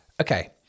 Okay